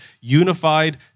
unified